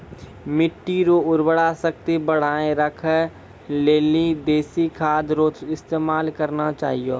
मिट्टी रो उर्वरा शक्ति बढ़ाएं राखै लेली देशी खाद रो इस्तेमाल करना चाहियो